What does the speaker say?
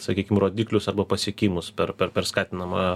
sakykim rodiklius arba pasiekimus per per per skatinamą